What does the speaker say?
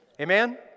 Amen